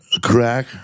Crack